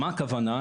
מה הכוונה?